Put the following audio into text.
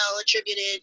attributed